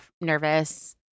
nervous